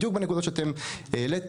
בדיוק בנקודות שאתם העליתם,